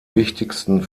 wichtigsten